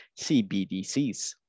CBDCs